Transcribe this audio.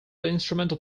instrumental